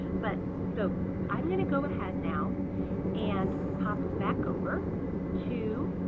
but so i'm going to go ahead now and pop back over to